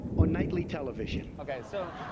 on nightly television. okay, so.